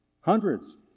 Hundreds